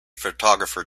photographer